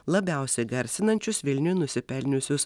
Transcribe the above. labiausia garsinančius vilniui nusipelniusius